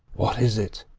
what is it?